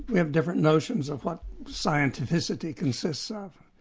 have different notions of what scientificity consists of.